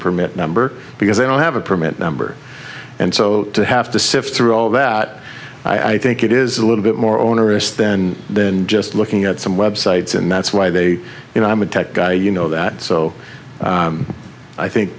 permit number because i don't have a permit number and so to have to sift through all that i think it is a little bit more onerous then than just looking at some websites and that's why they you know i'm a tech guy you know that so i think